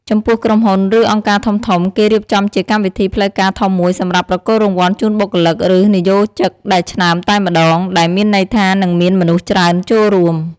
ចំំពោះក្រុមហ៊ុន ឬ អង្គការធំៗ គេរៀបចំជាកម្មវិធីផ្លូវការធំមួយសម្រាប់ប្រគល់រង្វាន់ជូនបុគ្គលិក ឬ និយោកជិកដែលឆ្នើមតែម្ដង ដែលមានន័យថានឹងមានមនុស្សច្រើនចូលរួម។